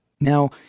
Now